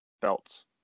belts